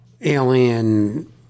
alien